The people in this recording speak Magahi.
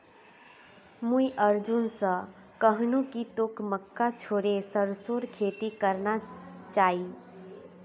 मुई अर्जुन स कहनु कि तोक मक्का छोड़े सरसोर खेती करना चाइ